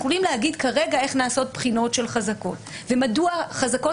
אנחנו יכולים לומר כרגע איך נעשות בחינות של חזקות ומדוע חזקות